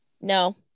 No